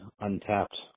untapped